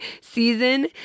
season